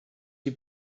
die